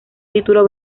título